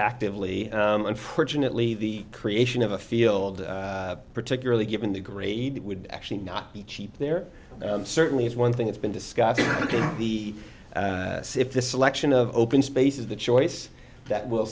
actively unfortunately the creation of a field particularly given the grade would actually not be cheap there certainly is one thing that's been discussing the see if the selection of open space is the choice that will